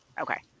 Okay